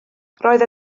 roedd